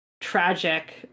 tragic